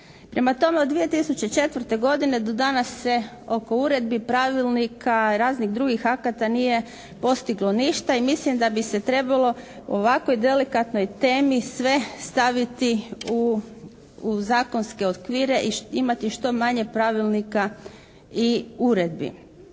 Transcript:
Prema tome, od 2004. godine do danas se oko uredbi, pravilnika, raznih drugih akata nije postiglo ništa i mislim da bi se trebalo o ovako delikatnoj temi sve staviti u zakonske okvire i imati što manje pravilnika i uredbi.